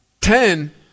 Ten